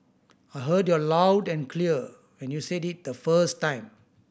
I heard you are loud and clear when you said it the first time